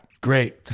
great